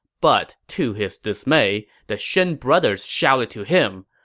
but to his dismay, the shen brothers shouted to him,